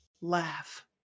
laugh